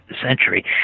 century